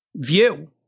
view